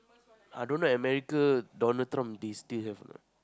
I don't know America Donald-Trump they still have or not